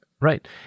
Right